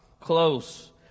close